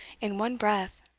in one breath.